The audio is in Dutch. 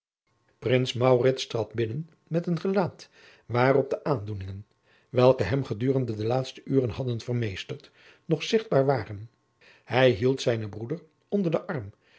trad binnen met een gelaat waarop de aandoeningen welke hem gedurende de laatste uren hadden vermeesterd nog zichtbaar waren hij hield zijnen broeder onder den arm